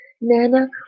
nana